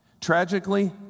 Tragically